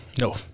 No